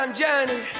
journey